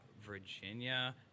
Virginia